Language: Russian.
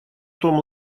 том